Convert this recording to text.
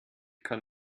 kann